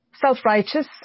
self-righteous